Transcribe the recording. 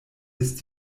ist